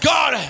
God